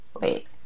Wait